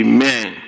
Amen